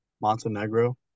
Montenegro